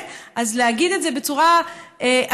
להגיד את זה בצורה הגונה,